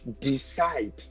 decide